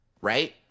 right